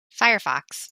firefox